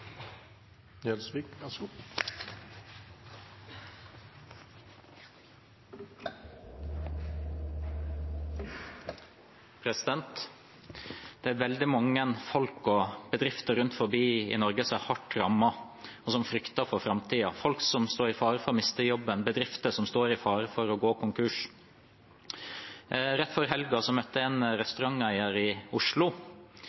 veldig mange folk og bedrifter rundt omkring i Norge som er hardt rammet, og som frykter for framtiden – folk som står i fare for å miste jobben, bedrifter som står i fare for å gå konkurs. Rett før helgen møtte jeg en